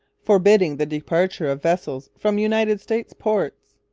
forbidding the departure of vessels from united states ports.